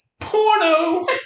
Porno